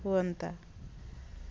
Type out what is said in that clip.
ହୁଅନ୍ତା